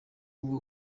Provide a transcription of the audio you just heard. ubwo